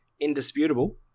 indisputable